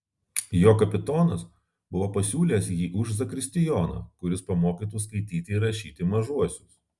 jo kapitonas buvo pasiūlęs jį už zakristijoną kuris pamokytų skaityti ir rašyti mažuosius